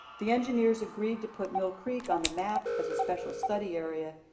the engineers agreed to put mill creek on the map as a special study area.